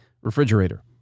refrigerator